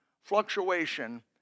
fluctuation